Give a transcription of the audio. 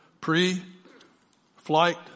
pre-flight